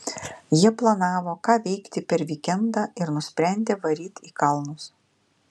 jie planavo ką veikti per vykendą ir nusprendė varyt į kalnus